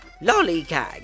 Lollygag